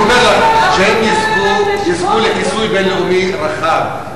יזכו לכיסוי בין-לאומי רחב,